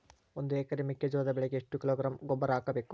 ಒಂದು ಎಕರೆ ಮೆಕ್ಕೆಜೋಳದ ಬೆಳೆಗೆ ಎಷ್ಟು ಕಿಲೋಗ್ರಾಂ ಗೊಬ್ಬರ ಹಾಕಬೇಕು?